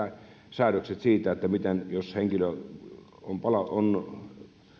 säädökset siitä jos henkilö on